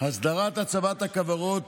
הסדרת הצבת כוורות,